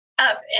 up